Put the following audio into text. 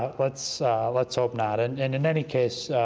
let's let's hope not. and and in any case,